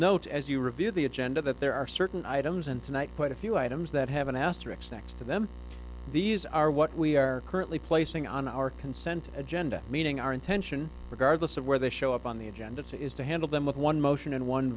as you review the agenda that there are certain items and tonight quite a few items that have an asterisk next to them these are what we are currently placing on our consent agenda meaning our intention regardless of where they show up on the agenda is to handle them with one motion and one